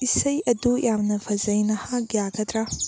ꯏꯁꯩ ꯑꯗꯨ ꯌꯥꯝꯅ ꯐꯖꯩ ꯅꯍꯥꯛ ꯌꯥꯒꯗ꯭ꯔꯥ